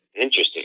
Interesting